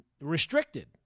restricted